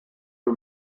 who